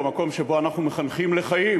במקום שבו אנחנו מחנכים לחיים,